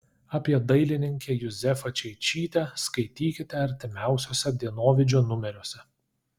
apie dailininkę juzefą čeičytę skaitykite artimiausiuose dienovidžio numeriuose